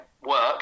work